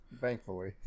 thankfully